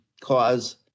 cause